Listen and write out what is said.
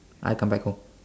I come back home